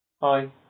Hi